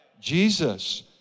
Jesus